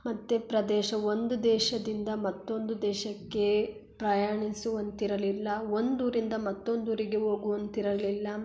ಮತ್ತು ಪ್ರದೇಶ ಒಂದು ದೇಶದಿಂದ ಮತ್ತೊಂದು ದೇಶಕ್ಕೆ ಪ್ರಯಾಣಿಸುವಂತಿರಲಿಲ್ಲ ಒಂದು ಊರಿಂದ ಮತ್ತೊಂದು ಊರಿಗೆ ಹೋಗುವಂತಿರಲಿಲ್ಲ